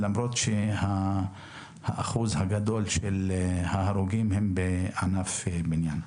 למרות שרוב ההרוגים הם בענף הבנייה.